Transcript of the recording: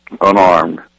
unarmed